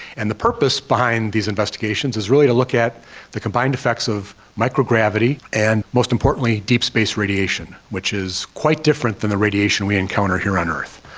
and the purpose behind these investigations is really to look at the combined effects of microgravity and, most importantly, deep space radiation, which is quite different than the radiation we encounter here on earth.